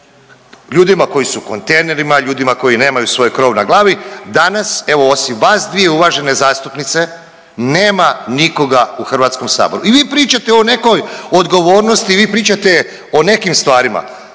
ljudima koji su u kontejnerima, ljudima koji nemaju svoj krov na glavi, danas evo osim vas dvije uvažene zastupnice nema nikoga u Hrvatskom saboru. I vi pričate o nekoj odgovornosti, vi pričate o nekim stvarima.